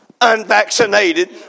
unvaccinated